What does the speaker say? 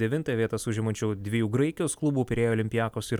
devintą vietas užimančių dviejų graikijos klubų pirėjo olimpiakos ir